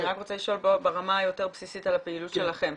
אני רק רוצה לשאול ברמה היותר בסיסית על הפעילות שלכם.